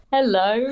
Hello